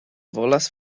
volas